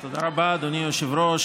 תודה רבה, אדוני היושב-ראש.